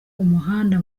umuhanda